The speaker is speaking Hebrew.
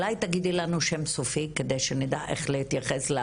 אולי תגידי לנו שם סופי כדי שנדע איך להתייחס.